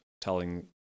telling